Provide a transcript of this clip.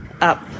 up